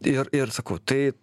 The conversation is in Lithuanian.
ir ir sakau tai